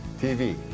TV